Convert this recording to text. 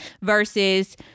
versus